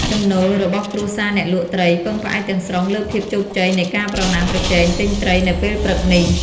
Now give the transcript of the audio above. ចំណូល របស់គ្រួសារអ្នកលក់ត្រីពឹងផ្អែកទាំងស្រុងលើភាពជោគជ័យនៃការប្រណាំងប្រជែងទិញត្រីនៅពេលព្រឹកនេះ។